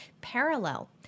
parallel